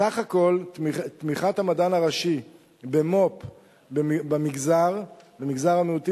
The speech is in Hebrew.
סך כל תמיכת המדען הראשי במו"פ במגזר המיעוטים